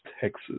Texas